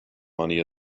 money